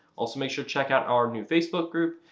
also make sure to check out our new facebook group!